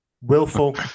willful